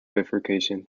bifurcation